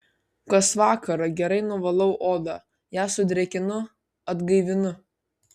kas vakarą gerai nuvalau odą ją sudrėkinu atgaivinu